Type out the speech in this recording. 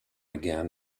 again